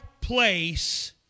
place